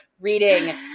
reading